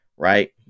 Right